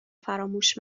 فراموش